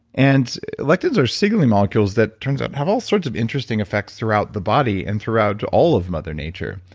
and lectins are signaling molecules that turns out have all sorts of interesting effects throughout the body and throughout all of mother nature.